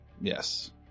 yes